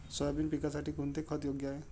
Soybean पिकासाठी कोणते खत योग्य आहे?